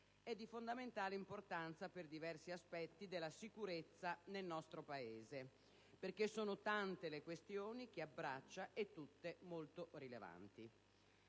è di fondamentale importanza per diversi aspetti della sicurezza nel nostro Paese, in quanto sono tante le questioni che abbraccia, e tutte molto rilevanti.